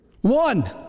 One